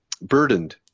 burdened